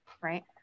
right